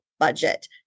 budget